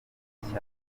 bujuje